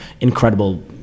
incredible